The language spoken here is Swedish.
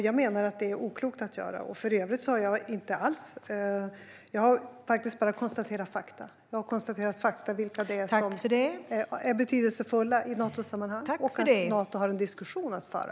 Jag menar att det är oklokt att göra. För övrigt har jag bara konstaterat fakta när det gäller vilka som är betydelsefulla i Natosammanhang och att Nato har en diskussion att föra.